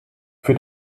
für